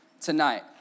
tonight